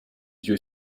yeux